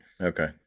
Okay